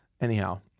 Anyhow